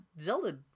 Zelda